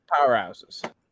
Powerhouses